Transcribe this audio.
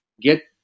get